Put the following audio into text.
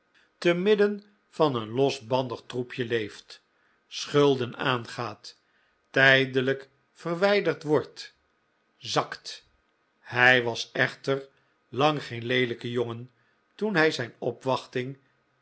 te midden van een losbandig troepje leeft schulden aangaat tijdelijk verwijderd wordt zakt hij was echter lang geen leelijke jongen toen hij zijn